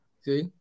See